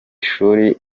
shuri